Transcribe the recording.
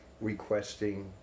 requesting